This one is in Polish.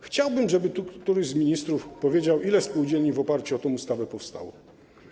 Chciałbym, żeby tu któryś z ministrów powiedział, ile spółdzielni w oparciu o tę ustawę powstało.